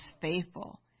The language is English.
faithful